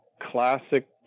classic